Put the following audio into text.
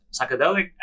psychedelic